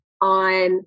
on